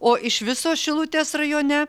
o iš viso šilutės rajone